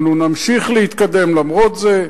אנחנו נמשיך להתקדם למרות זאת,